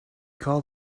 call